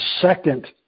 second